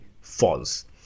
false